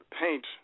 paint